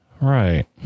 Right